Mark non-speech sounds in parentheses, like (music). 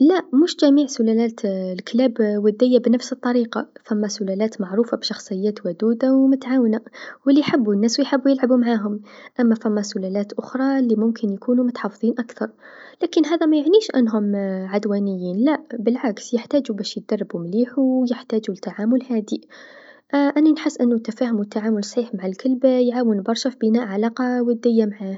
لا مش جميع سلالات الكلاب وديه بنفس الطريقه، فما سلالات معروفه بشخصيات ودوده و متعاونه و ليحبو الناس و يحبو يلعبو معاهم أما فما سلالات أخرى لممكن يكونو متحفظين أكثر لكن هذا ما يعنيش أنهم عدوانيين لا بل العكس يحتاجو باش يدربو مليح و يحتاجو لتعامل هادي (hesitation) أني نحس أنو التفاهم و التعامل الصحيح مع الكلب يعاون برشا في بناء علاقه وديه معاه.